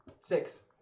Six